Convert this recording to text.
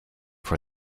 for